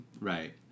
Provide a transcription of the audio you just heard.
Right